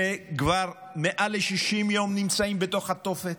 שכבר יותר מ-60 יום נמצאים בתוך התופת?